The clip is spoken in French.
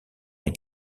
est